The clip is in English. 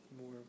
more